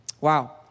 Wow